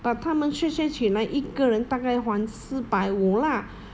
but 他们 share share 起来一个人大概还四百五 lah